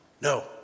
No